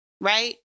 Right